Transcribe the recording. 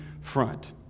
front